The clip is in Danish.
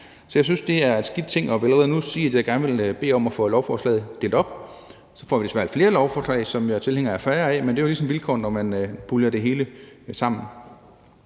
Så jeg synes, det er en skidt ting, og jeg vil allerede nu sige, at jeg gerne vil bede om at få lovforslaget delt op. Så får vi desværre flere lovforslag, som jeg er tilhænger af færre af, men det er jo ligesom vilkårene, når man puljer det hele sammen.